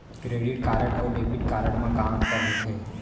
Credit card अऊ debit card मा का अंतर होथे?